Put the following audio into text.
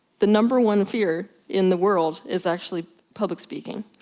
the number one fear in the world is actually public speaking.